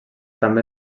també